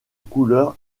couleur